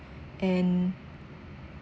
and